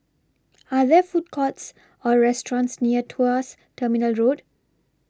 Are There Food Courts Or restaurants near Tuas Terminal Road